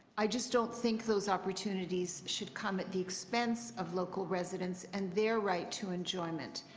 i just don't think those opportunities should come at the expense of local residents and their right to enjoyment.